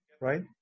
right